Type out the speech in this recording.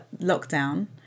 lockdown